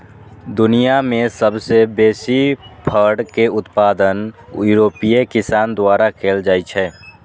दुनिया मे सबसं बेसी फर के उत्पादन यूरोपीय किसान द्वारा कैल जाइ छै